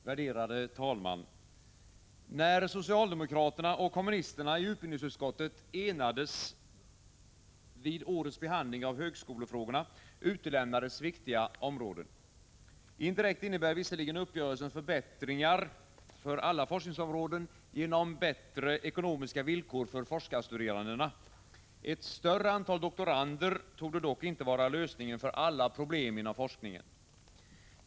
Herr talman! När socialdemokraterna och kommunisterna i utbildningsutskottet enades vid årets behandling av högskolefrågorna, utelämnades viktiga områden. Indirekt innebär visserligen uppgörelsen förbättringar för alla forskningsområden genom bättre ekonomiska villkor för forskarstuderandena. Ett större antal doktorander torde dock inte vara lösningen för alla problem inom forskningen.